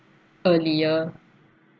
earlier